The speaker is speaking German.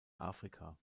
afrika